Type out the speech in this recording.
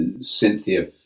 Cynthia